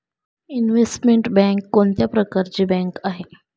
Investment bank कोणत्या प्रकारची bank आहे?